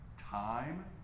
time